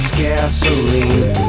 gasoline